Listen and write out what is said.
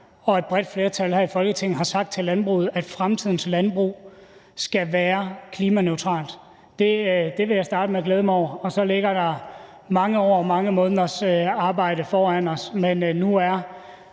og et bredt flertal her i Folketinget har sagt til landbruget, at fremtidens landbrug skal være klimaneutralt. Det vil jeg starte med at glæde mig over og sige, at så ligger der mange år og mange måneders arbejde foran os, men nu er